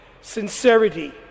sincerity